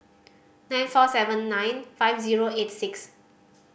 nine four seven nine five zero eight six